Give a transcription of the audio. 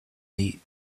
neat